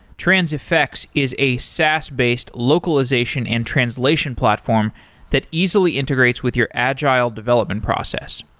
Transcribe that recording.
transifex is a saas based localization and translation platform that easily integrates with your agile development process.